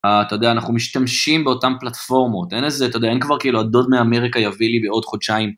אתה יודע, אנחנו משתמשים באותן פלטפורמות, אין איזה, אתה יודע, אין כבר הדוד מאמריקה יביא לי בעוד חודשיים.